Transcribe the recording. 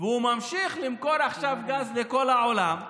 והוא ממשיך למכור עכשיו גז לכל העולם,